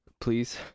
Please